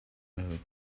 mode